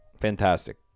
Fantastic